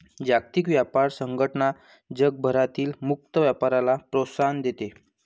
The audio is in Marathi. जागतिक व्यापार संघटना जगभरातील मुक्त व्यापाराला प्रोत्साहन देते